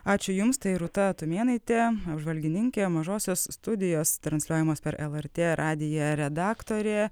ačiū jums tai rūta tumėnaitė apžvalgininkė mažosios studijos transliuojamas per lrt radiją redaktorė